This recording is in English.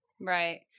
Right